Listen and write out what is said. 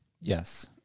Yes